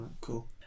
Cool